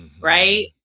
Right